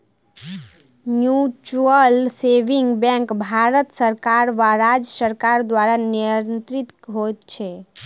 mutual saving bank Bharat सरकार वा राज्य सरकार द्वारा नियंत्रित होइत छै